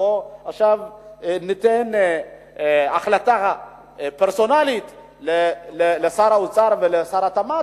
בואו ניתן עכשיו החלטה פרסונלית לשר האוצר ולשר התמ"ת,